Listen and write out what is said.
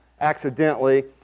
accidentally